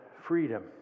freedom